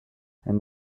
and